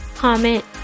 Comment